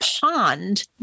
pond